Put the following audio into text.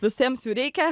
visiems jų reikia